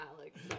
Alex